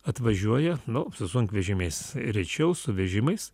atvažiuoja nu su sunkvežimiais rečiau su vežimais